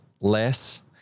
less